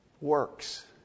Works